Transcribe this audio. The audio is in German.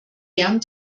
gern